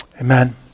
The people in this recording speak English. Amen